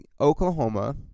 Oklahoma